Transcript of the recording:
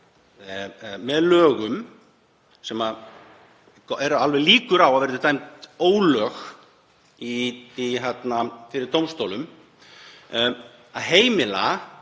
með lögum, sem eru alveg líkur á að verði dæmd ólög fyrir dómstólum, að setja